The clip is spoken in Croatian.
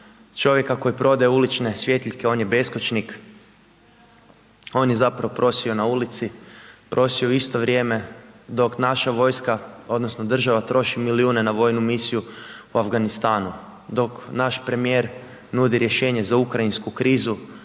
čovjeka koji prodaje Ulične svjetiljke, on je beskućnik, on je zapravo prosio na ulici, prosio je u isto vrijeme dok naša vojska odnosno država troši milijune na vojnu misiju u Afganistanu, dok naš premijer nudi rješenje za ukrajinsku krizu,